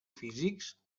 físics